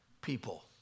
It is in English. people